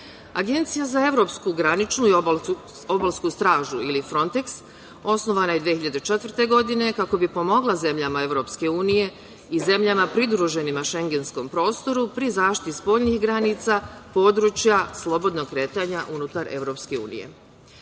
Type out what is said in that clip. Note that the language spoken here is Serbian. Agencija za evropsku graničnu i obalsku stražu ili Fronteks osnovana 2004. godine kako bi pomogla zemljama EU i zemljama pridruženim šengenskom prostoru pri zaštiti spoljnih granica, područja, slobodnog kretanja unutar EU.Ova